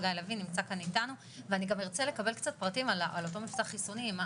חגי לוין, וארצה לקבל גם פרטים על מבצע החיסונים.